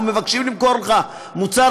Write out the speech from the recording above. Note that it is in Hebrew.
או מבקשים למכור לך מוצר,